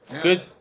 good